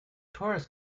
tourists